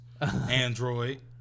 Android